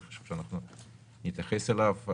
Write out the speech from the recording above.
וחשוב שאנחנו נתייחס אליו.